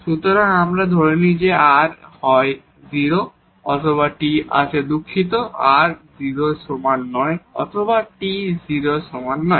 সুতরাং আসুন আমরা ধরে নিই যে r হয় 0 অথবা t দুঃখিত r 0 এর সমান নয় অথবা t 0 এর সমান নয়